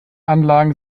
anlagen